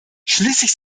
schließlich